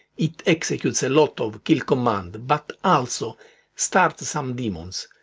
it executes a lot of killall commands, but also starts some daemons,